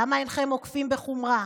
למה אינכם אוכפים בחומרה?